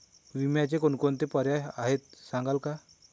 विम्याचे कोणकोणते पर्याय आहेत सांगाल का?